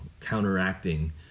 counteracting